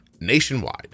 nationwide